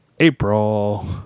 April